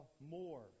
more